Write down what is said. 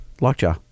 lockjaw